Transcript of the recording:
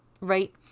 right